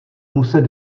muset